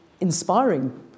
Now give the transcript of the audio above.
inspiring